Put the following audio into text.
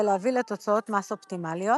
כדי להביא לתוצאות מס אופטימליות.